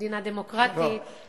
מדינה דמוקרטית, לא.